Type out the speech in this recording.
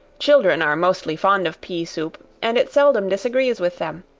children are mostly fond of pea soup, and it seldom disagrees with them.